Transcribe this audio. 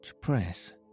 press